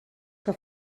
que